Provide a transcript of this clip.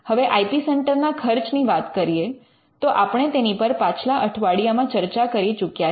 હવે I P centre ના ખર્ચની વાત કરીએ તો આપણે તેની પર પાછલા અઠવાડિયામાં ચર્ચા કરી ચૂક્યા છે